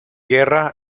guerra